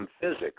physics